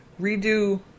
redo